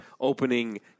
opening